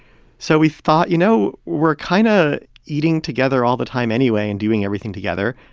so we thought, you know, we're kind of eating together all the time anyway and doing everything together,